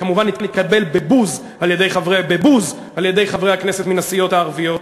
כמובן זה התקבל בבוז על-ידי חברי הכנסת מן הסיעות הערביות,